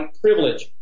privilege